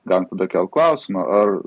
galim tada kelt klausimą ar